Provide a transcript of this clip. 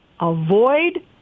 avoid